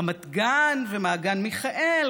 רמת גן ומעגן מיכאל,